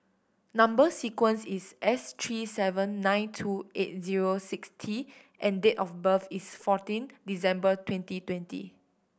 number sequence is S three seven nine two eight zero six T and date of birth is fourteen December twenty twenty